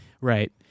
Right